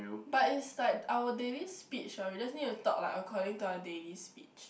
but is like our daily speech what we just need to talk like according to our daily speech